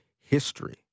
history